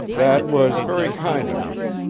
that was very kind of you.